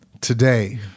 Today